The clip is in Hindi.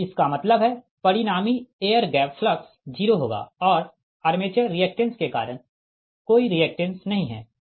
इसका मतलब है परिणामी एयर गैप फ्लक्स जीरो होगा और आर्मेचर रिएक्टेंस के कारण कोई रिएक्टेंस नहीं है